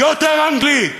יותר אנגלית,